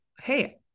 hey